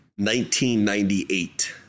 1998